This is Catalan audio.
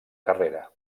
carrera